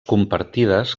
compartides